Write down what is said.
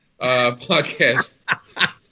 podcast